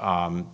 on